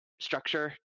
structure